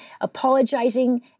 apologizing